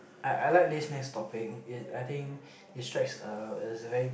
I I like this this next topic it I think it strikes a it's a very